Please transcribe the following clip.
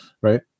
right